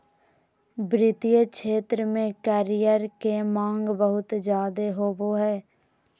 वित्तीय क्षेत्र में करियर के माँग बहुत ज्यादे होबय हय